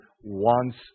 wants